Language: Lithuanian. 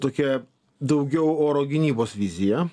tokia daugiau oro gynybos vizija